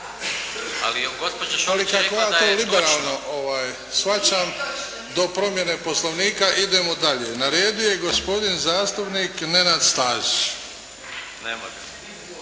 ... To ja liberalno shvaćam do promjene Poslovnika. Idemo dalje. Na redu gospodi zastupnik Nenad Stazić. Nema ga.